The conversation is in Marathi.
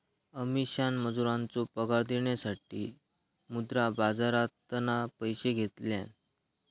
अमीषान मजुरांचो पगार देऊसाठी मुद्रा बाजारातना पैशे घेतल्यान